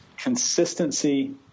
Consistency